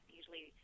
Usually